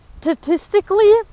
statistically